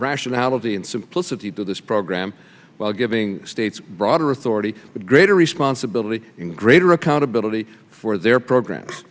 rationality and simplicity to this program while giving states broader authority greater responsibility in greater accountability for their programs